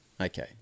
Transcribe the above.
Okay